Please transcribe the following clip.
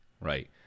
right